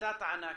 עלתה טענה כזאת,